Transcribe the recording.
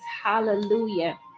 Hallelujah